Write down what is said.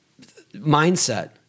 mindset